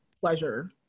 pleasure